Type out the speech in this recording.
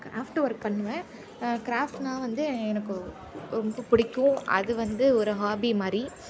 craft work பண்ணுவேன் கிராஃப்ட்னால் வந்து எனக்கு ரொம்ப பிடிக்கும் அது வந்து ஒரு ஹாபி மாதிரி